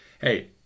hey